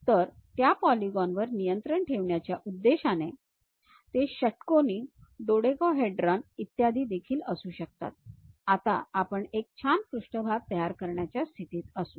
तर त्या पॉलीगॉन वर नियंत्रण ठेवण्याच्या उद्देशाने ते षटकोनी डोडेकाहेड्रॉन इत्यादी देखील असू शकतात आता आपण एक छान पृष्ठभाग तयार करण्याच्या स्थितीत असू